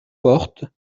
portes